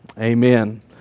Amen